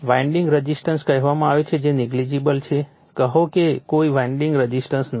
winding resistance કહેવામાં આવે છે જે નેગલિજિબલ છે કહો કે કોઈ વાઇન્ડિંગ રઝિસ્ટન્સ નથી